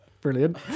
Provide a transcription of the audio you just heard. Brilliant